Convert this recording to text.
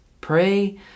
Pray